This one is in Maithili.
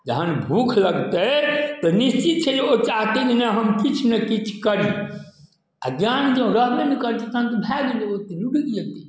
जहन भूख लगतै तऽ निश्चित छै जे ओ चाहतै जे नहि हम किछु ने किछु करी आ ज्ञान जँ रहबे नहि करतै तहन भैऽ गेलै ओ रुकि जेतै